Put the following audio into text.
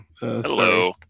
Hello